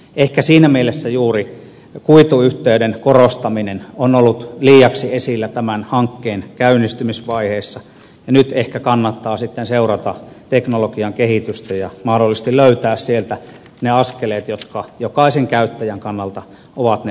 ehkä siinä mielessä juuri kuituyhteyden korostaminen on ollut liiaksi esillä tämän hankkeen käynnistymisvaiheessa ja nyt ehkä kannattaa sitten seurata teknologian kehitystä ja mahdollisesti löytää sieltä ne askeleet jotka jokaisen käyttäjän kannalta ovat ne oikeat